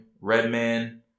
Redman